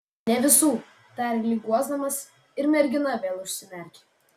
ne visų tarė lyg guosdamas ir mergina vėl užsimerkė